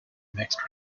mixed